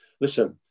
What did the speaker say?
Listen